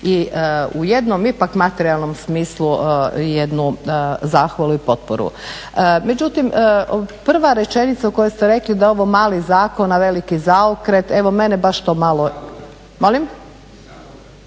i u jednom ipak materijalnom smislu jednu zahvalu i potporu. Međutim, prva rečenica u kojoj ste rekli da je ovo mali zakon a veliki zaokret, evo mene baš to malo …